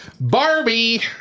Barbie